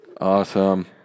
Awesome